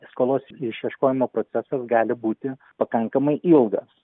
skolos išieškojimo procesas gali būti pakankamai ilgas